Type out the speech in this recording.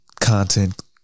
content